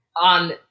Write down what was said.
on